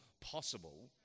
possible